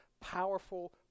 powerful